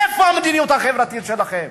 איפה המדיניות החברתית שלכם?